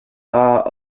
are